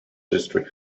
district